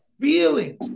feeling